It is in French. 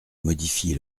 modifie